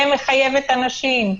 ומחייבת אנשים,